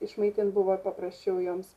išmaitint buvo paprasčiau joms